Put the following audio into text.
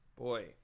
Boy